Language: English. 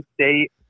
State